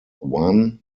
wan